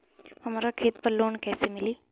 हमरा खेत पर लोन कैसे मिली?